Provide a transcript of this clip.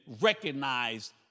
recognize